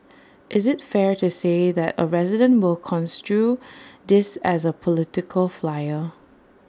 is IT fair to say that A resident will construe this as A political flyer